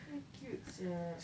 so cute sia